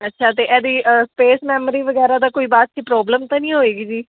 ਅੱਛਾ ਅਤੇ ਇਹਦੀ ਅ ਸਪੇਸ ਮੈਮਰੀ ਵਗੈਰਾ ਦਾ ਕੋਈ ਬਾਅਦ 'ਚ ਪ੍ਰੋਬਲਮ ਤਾਂ ਨਹੀਂ ਹੋਵੇਗੀ ਜੀ